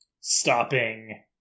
stopping